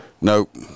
Nope